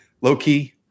Low-key